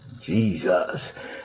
Jesus